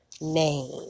name